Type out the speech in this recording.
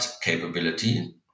capability